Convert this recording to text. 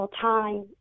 time